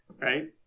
Right